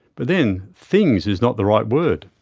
but then, things is not the right word.